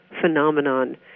phenomenon